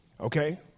okay